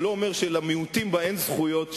זה לא אומר שלמיעוטים בה אין זכויות שוויוניות.